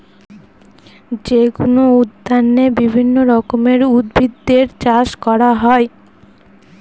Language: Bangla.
যেকোনো উদ্যানে বিভিন্ন রকমের উদ্ভিদের চাষ করা হয়